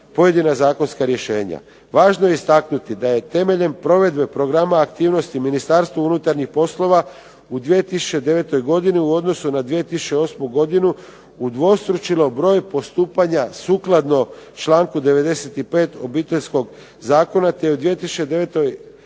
pojedina zakonska rješenja. Važno je istaknuti da je temeljem provedbom programa aktivnosti Ministarstvu unutarnjih poslova u 2009. godini u odnosu na 2008. godini udvostručilo broj postupanja sukladno članku 95. Obiteljskog zakona te je u 2009. godini